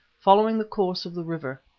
following the course of the river.